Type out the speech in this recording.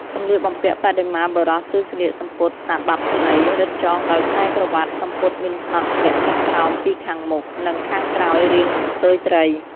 សម្លៀកបំពាក់បដិមាបុរសគឺស្លៀក សំពត់សារបាប់ខ្លី រឹតចងដោយខ្សែក្រវាត់ សំពត់មានផ្នត់ទម្លាក់ចុះក្រោមពី ខាងមុខ និង ខាងក្រោយរាងកន្ទុយត្រី។